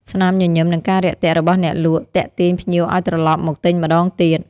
ស្នាមញញឹម និងការរាក់ទាក់របស់អ្នកលក់ទាក់ទាញភ្ញៀវឱ្យត្រឡប់មកទិញម្ដងទៀត។